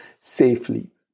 safely